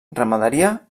ramaderia